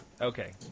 okay